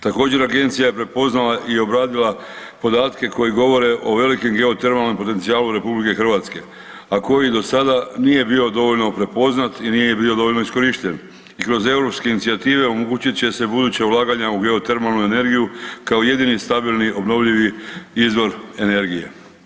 Također agencija je prepoznala i obradila podatke koji govore o velikom geotermalnom potencijalu RH, a koji do sada nije bio dovoljno prepoznat i nije bio dovoljno iskorišten i kroz europske inicijative omogućit će se buduća ulaganja u geotermalnu energiju kao jedni stabilni obnovljivi izvor energije.